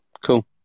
Cool